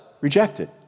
rejected